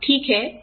ठीक है